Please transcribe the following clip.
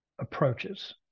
approaches